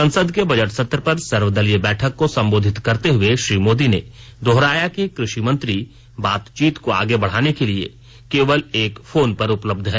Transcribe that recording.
संसद के बजट सत्र पर सर्वदलीय बैठक को संबोधित करते हए श्री मोदी ने दोहराया कि कृषि मंत्री बातचीत को आगे बढ़ाने के लिए केवल एक फोन पर उपलब्ध हैं